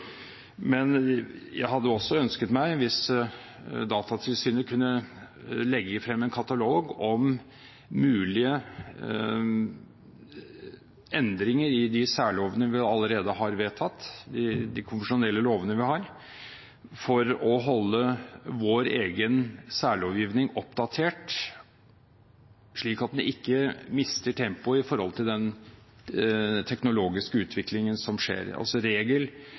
Men jeg hadde også ønsket meg at Datatilsynet kunne legge frem en katalog om mulige endringer i de særlovene vi allerede har vedtatt, i de konvensjonelle lovene vi har, for å holde vår egen særlovgivning oppdatert slik at den ikke mister tempoet i forhold til den teknologiske utviklingen som skjer.